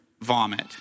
vomit